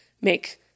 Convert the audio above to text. make